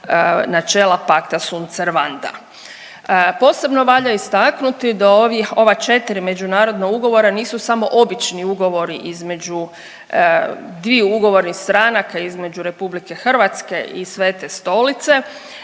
načela pacta sunt servanda. Posebno valja istaknuti da ova četiri međunarodna ugovora nisu samo obični ugovori između dviju ugovornih stranaka između Republike Hrvatske i Svete Stolice,